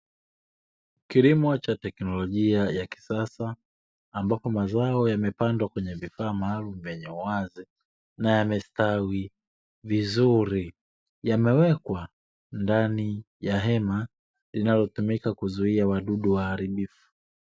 Kilimo cha teknolojia ya kisasa ,ambapo mazao yamepandwa kwenye vifaa maalumu vyenye uwazi na yamestawi vizuri, yamewekwa ndani ya hema linalotumika kuzuia wadudu waharibifu.